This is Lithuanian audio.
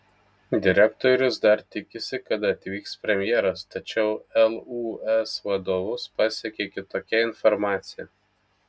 direktorius dar tikisi kad atvyks premjeras tačiau lūs vadovus pasiekė kitokia informacija